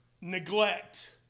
neglect